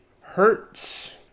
hurts